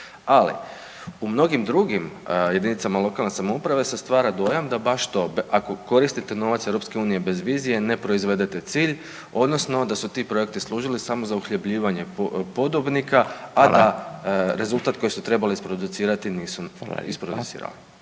Ali u mnogim drugim jedinicama lokalne samouprave se stvara dojam da baš to, ako koristite novac EU bez vizije ne proizvedete cilj odnosno da su ti projekti služili samo za uhljebljivanje podobnika …/Upadica: Hvala./… a da rezultat koji su trebali isproducirati nisu isproducirali.